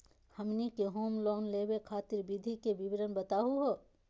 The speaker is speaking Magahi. हमनी के होम लोन लेवे खातीर विधि के विवरण बताही हो?